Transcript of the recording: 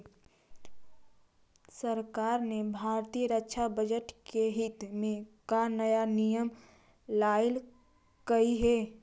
सरकार ने भारतीय रक्षा बजट के हित में का नया नियम लइलकइ हे